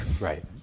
Right